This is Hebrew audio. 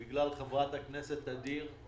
בגלל חברת הכנסת ע'דיר,